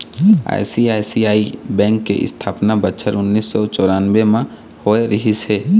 ICICI bank के इस्थापना बछर उन्नीस सौ चउरानबे म होय रिहिस हे